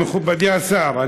מכובדי השר,